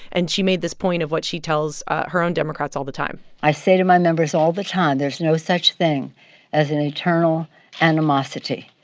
and she made this point of what she tells her own democrats all the time i say to my members all the time, there's no such thing as an eternal animosity.